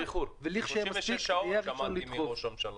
36 שעות שמעתי מראש הממשלה.